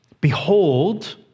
Behold